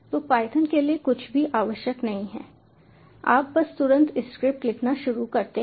तो पायथन के लिए कुछ भी आवश्यक नहीं है आप बस तुरंत स्क्रिप्ट लिखना शुरू करते हैं